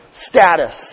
status